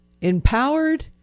empowered